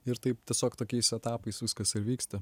ir taip tiesiog tokiais etapais viskas ir vyksta